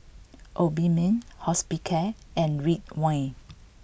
Obimin Hospicare and Ridwind